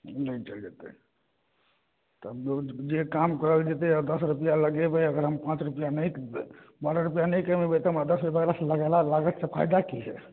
नहि जायल जेत्तै तब जे काम करल जेत्तै दस रुपैआ लगेबै अगर हम पाँच रुपैआ नहि कमेबै बारह रुपैआ नहि कमेबै तऽ हमरा दस रुपैआ ओकरा लगेला लागतसँं फायदा की हय